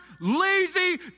lazy